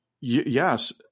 yes